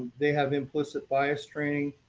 they have implicit bias training.